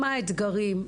מה האתגרים?